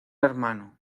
hermano